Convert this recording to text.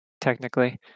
technically